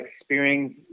experiencing